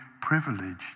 privilege